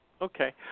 okay